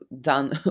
done